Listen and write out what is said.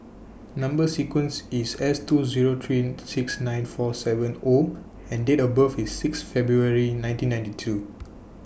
Number sequence IS S two Zero three six nine four seven O and Date of birth IS six February nineteen ninety two